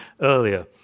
earlier